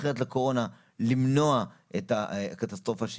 בשביל זה צריך להפנים שמערכת הבריאות של ישראל